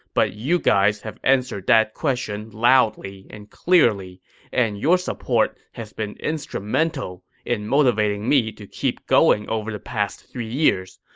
but you guys have answered that question loudly, and and your support has been instrumental in motivating me to keep going over the past three years.